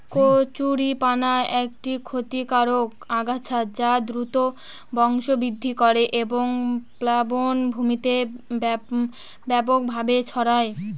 কচুরিপানা একটি ক্ষতিকারক আগাছা যা দ্রুত বংশবৃদ্ধি করে এবং প্লাবনভূমিতে ব্যাপকভাবে ছড়ায়